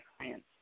clients